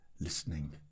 listening